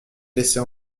laissait